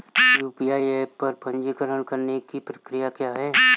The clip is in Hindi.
यू.पी.आई ऐप पर पंजीकरण करने की प्रक्रिया क्या है?